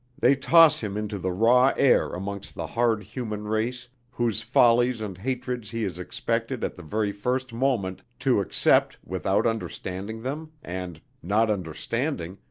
they toss him into the raw air amongst the hard human race whose follies and hatreds he is expected at the very first moment to accept without understanding them and, not understanding,